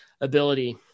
ability